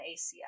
ACI